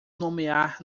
nomear